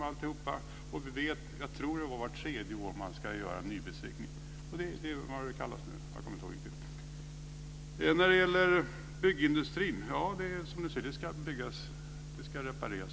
Jag tror att det är vart tredje år som man ska göra en nybesiktning. När det gäller byggindustrin anser jag att husen ska underhållas och repareras.